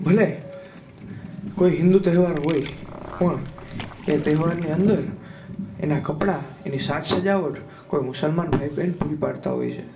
ભલે કોઈ હિન્દુ તહેવાર હોય પણ એ તહેવારની અંદર એનાં કપડાં એની સાજ સજાવટ કોઈ મુસલમાન ભાઈ બેન પુરી પાડતાં હોય છે